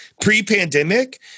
pre-pandemic